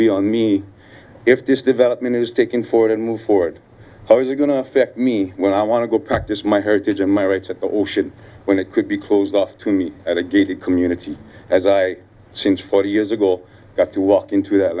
be on me if this development is taken forward and move forward how is it going to affect me when i want to go practice my heritage and my rights at the ocean when it could be closed off to me at a gated community as i since forty years ago got to walk into that